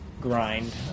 grind